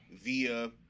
Via